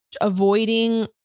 avoiding